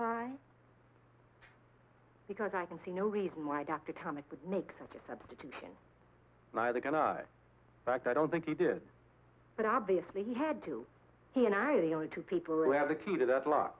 why because i can see no reason why dr atomic would make such a substitution neither can i fact i don't think he did but obviously he had to he and i are the only two people who have the key to that l